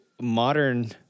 modern